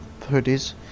hoodies